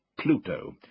Pluto